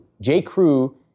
J.Crew